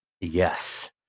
Yes